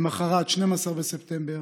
למוחרת, 12 בספטמבר,